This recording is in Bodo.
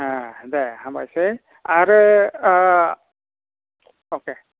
ए दे हामबायसै आरो अके